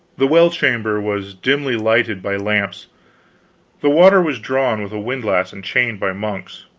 the well-chamber was dimly lighted by lamps the water was drawn with a windlass and chain by monks,